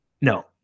no